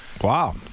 Wow